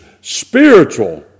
spiritual